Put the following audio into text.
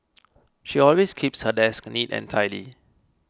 she always keeps her desk neat and tidy